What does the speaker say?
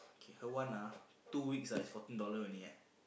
k her one ah two weeks ah is fourteen dollar only eh